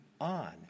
on